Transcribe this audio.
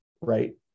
Right